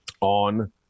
on